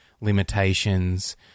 limitations